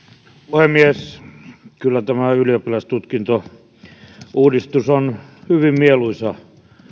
puhemies kyllä tämä ylioppilastutkintouudistus on hyvin mieluisa